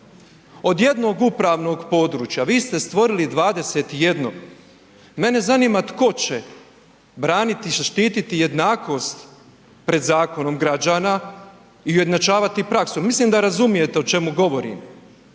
Od jednog upravnog područja vi ste stvorili 21, mene zanima tko će braniti i zaštititi jednakost pred zakonom građana i ujednačavati praksu. Mislim da razumijete o čemu govorim.